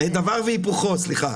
-- דבר והיפוכו, סליחה.